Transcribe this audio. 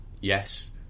yes